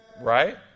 Right